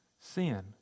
Sin